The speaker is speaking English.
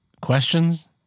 questions